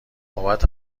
بابت